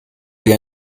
wie